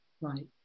Right